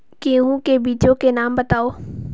गेहूँ के बीजों के नाम बताओ?